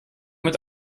mit